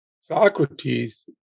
Socrates